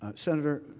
ah senator